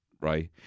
right